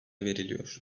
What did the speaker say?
veriliyor